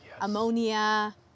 ammonia